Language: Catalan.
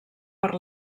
per